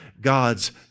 God's